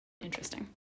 Interesting